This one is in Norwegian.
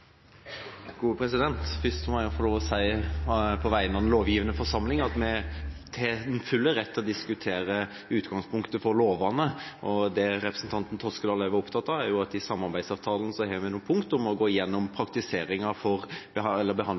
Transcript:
Først må jeg på vegne av den lovgivende forsamling få lov til å si at vi er i vår fulle rett til å diskutere utgangspunktet for lovene. Det representanten Toskedal også var opptatt av, er at vi i samarbeidsavtalen har noen punkter om å gå gjennom